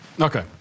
Okay